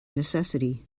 necessity